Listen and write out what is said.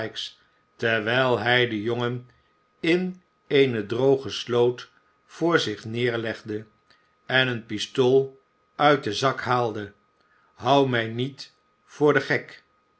terwijl hij den jongen in eene droge sloot voor zich neerlegde en een pistool uit den zak haalde hou mij niet voor den gek